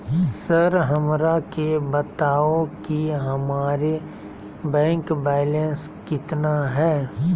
Sir हमरा के बताओ कि हमारे बैंक बैलेंस कितना है?